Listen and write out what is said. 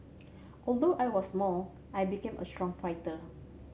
although I was small I became a strong fighter